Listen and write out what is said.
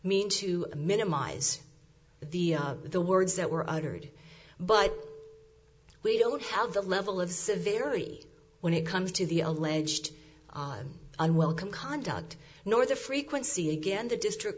mean to minimize the the words that were uttered but we don't have the level of severity when it comes to the alleged unwelcome conduct nor the frequency again the district